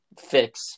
fix